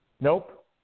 Nope